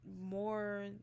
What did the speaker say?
more